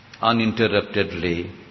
Uninterruptedly